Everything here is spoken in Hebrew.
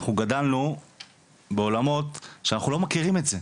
אנחנו גדלנו בעולמות שאנחנו לא מכירים את זה,